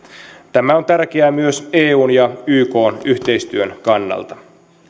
tämä on tärkeää myös eun ja ykn yhteistyön kannalta